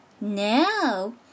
No